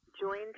joined